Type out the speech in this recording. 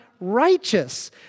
righteous